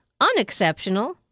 unexceptional